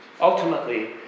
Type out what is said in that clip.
Ultimately